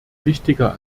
wichtiger